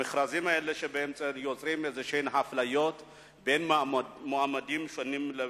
המכרזים האלה יוצרים אפליה בין מועמדים שונים.